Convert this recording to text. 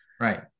Right